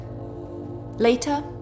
Later